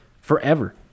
forever